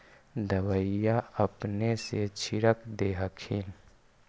दबइया अपने से छीरक दे हखिन?